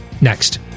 Next